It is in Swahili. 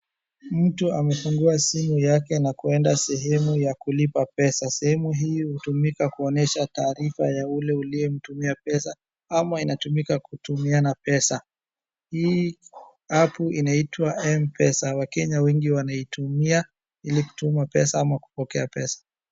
Mtu amefungua simu yake na kuenda sehemu ya kulipa pesa. Sehemu hii hutumika kuonyesha taarifa ya ule uliye mtumia pesa, ama inatumika kutumiana pesa. Hii apu inaitwa M-pesa. Wakenya wengi wanaitumia ili kutuma pesa ama kupokea pesa.